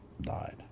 died